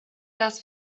das